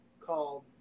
called